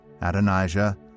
Adonijah